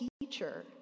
teacher